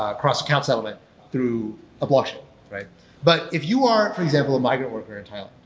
ah cross-account settlement through a blockchain but if you are, for example, a migrant worker in thailand,